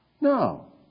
No